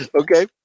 Okay